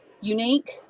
unique